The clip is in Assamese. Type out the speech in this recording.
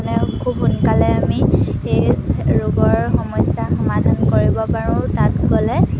মানে খুব সোনকালে আমি সেই ৰোগৰ সমস্যাৰ সমাধান কৰিব পাৰোঁ তাত গ'লে